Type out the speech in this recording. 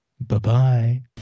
Bye-bye